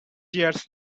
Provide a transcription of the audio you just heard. tears